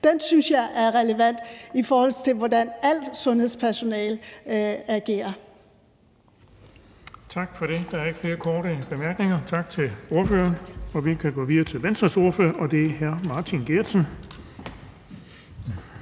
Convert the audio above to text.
Den synes jeg er relevant, i forhold til hvordan alt sundhedspersonale agerer.